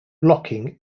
blocking